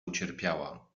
ucierpiała